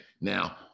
Now